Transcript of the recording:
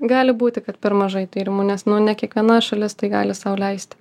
gali būti kad per mažai tyrimų nes nu ne kiekviena šalis tai gali sau leisti